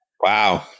Wow